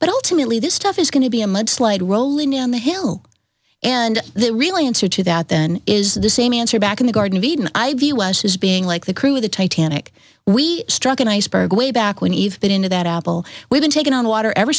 but ultimately this stuff is going to be a mudslide rolling down the hill and they really answer to that then is the same answer back in the garden of eden i've us is being like the crew of the titanic we struck an iceberg way back when eve bit into that apple we've been taking on water ever